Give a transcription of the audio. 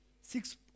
six